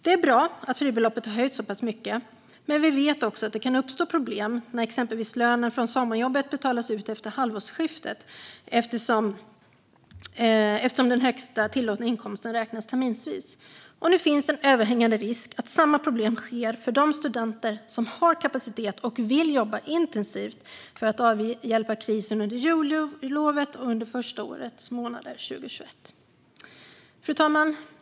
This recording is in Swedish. Det är bra att fribeloppet har höjts så pass mycket. Men vi vet också att det kan uppstå problem när exempelvis hela lönen från sommarjobbet betalas ut efter halvårsskiftet eftersom den högsta tillåtna inkomsten räknas terminsvis. Nu finns det en överhängande risk att samma problem drabbar de studenter som har kapacitet och vill jobba intensivt för att avhjälpa krisen under jullovet och under årets första månader 2021. Fru talman!